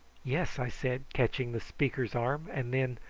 yes! i said, catching the speaker's arm and then,